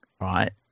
right